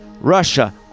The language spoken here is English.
Russia